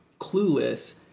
clueless